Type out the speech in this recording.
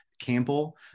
Campbell